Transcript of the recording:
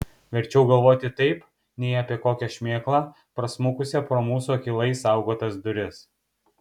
verčiau galvoti taip nei apie kokią šmėklą prasmukusią pro mūsų akylai saugotas duris